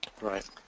Right